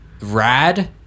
rad